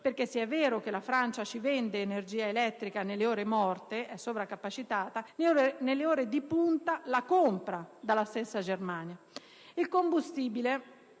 se è vero che la Francia ci vende energia elettrica nelle ore morte, (è sovracapacitata), nelle ore di punta la compra dalla stessa Germania. Il combustibile